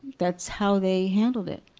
that's how they handled it